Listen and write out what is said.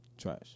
trash